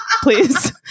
please